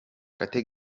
kate